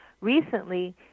recently